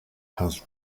has